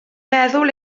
meddwl